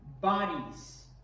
bodies